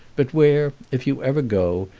but where, if you ever go,